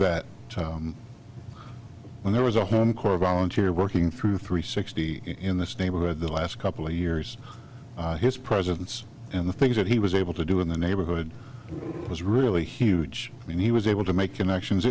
that there was a home corps volunteer working through three sixty in this neighborhood the last couple of years his presence and the things that he was able to do in the neighborhood was really huge and he was able to make connections